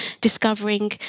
discovering